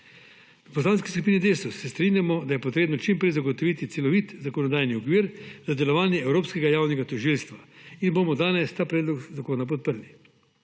V Poslanski skupini Desus se strinjamo, da je potrebno čim prej zagotoviti celovit zakonodajni okvir za delovanje Evropskega javnega tožilstva in bomo danes ta predlog zakona podprli.